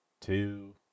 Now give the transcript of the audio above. two